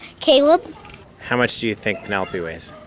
caleb how much do you think penelope weighs?